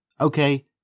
Okay